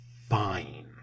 Fine